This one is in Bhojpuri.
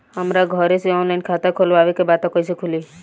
हमरा घरे से ऑनलाइन खाता खोलवावे के बा त कइसे खुली?